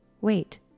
Wait